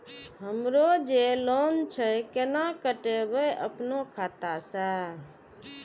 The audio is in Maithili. हमरो जे लोन छे केना कटेबे अपनो खाता से?